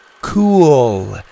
cool